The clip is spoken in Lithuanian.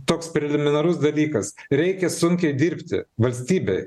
toks preliminarus dalykas reikia sunkiai dirbti valstybei